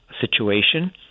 situation –